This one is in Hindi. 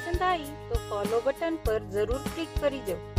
था- था- था, तो follow button पर जरूर click करिजो।